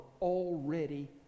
already